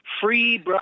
Free